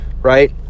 right